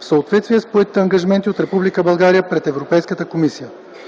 в съответствие с поетите ангажименти от Република България пред Европейската комисия.